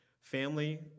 family